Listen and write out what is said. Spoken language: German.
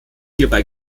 hierbei